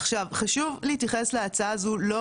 עכשיו חשוב להתייחס להצעה הזו לא